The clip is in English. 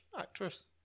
actress